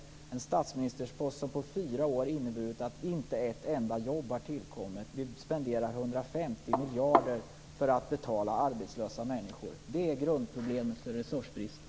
Den statsministerposten har på fyra år inneburit att inte ett enda jobb har tillkommit. Vi spenderar 150 miljarder för att betala arbetslösa människor. Det är grundproblemet för resursbristen.